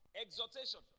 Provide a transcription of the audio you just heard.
exhortation